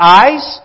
eyes